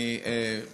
אני גם